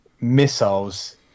missiles